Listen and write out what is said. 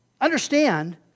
Understand